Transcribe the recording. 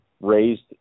raised